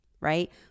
right